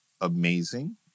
amazing